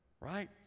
Right